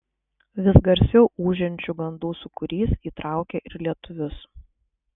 vis garsiau ūžiančių gandų sūkurys įtraukė ir lietuvius